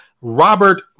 Robert